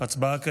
הצבעה כעת.